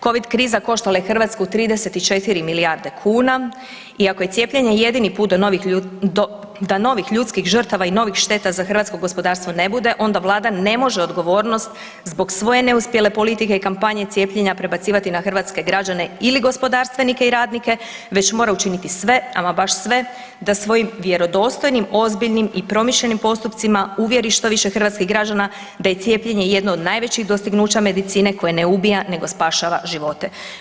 Covid kriza koštala je Hrvatsku 34 milijarde kuna i ako je cijepljenje jedini put da novih ljudskih žrtava i novih šteta za hrvatsko gospodarstvo ne bude onda vlada ne može odgovornost zbog svoje neuspjele politike i kampanje cijepljenja prebacivati na hrvatske građane ili gospodarstvenike i radnike već mora učiniti sve, ama baš sve da svojim vjerodostojnim, ozbiljnim i promišljenim postupcima uvjeri što više hrvatskih građana da je cijepljenje jedno od najvećih dostignuća medicina koje ne ubija nego spašava živote.